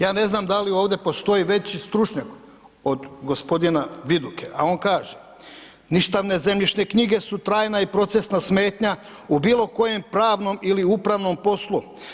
Ja ne znam da li ovdje postoji veći stručnjak od g. Viduke, a on kaže, ništavne zemljišne knjige su trajna i procesna smetnja u bilo kojem pravnom ili upravnom poslu.